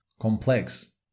complex